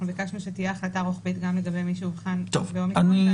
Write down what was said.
ביקשנו שתהיה החלטה רוחבית גם לגבי מי שאובחן כחולה אומיקרון.